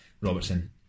Robertson